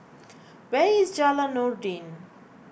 where is Jalan Noordin